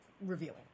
revealing